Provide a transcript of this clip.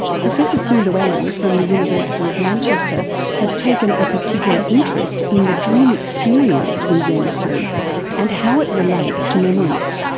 professor sue llewellyn from the university of manchester has taken a particular interest in the dream experience in rem sleep and how it relates to memories.